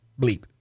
bleep